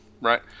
right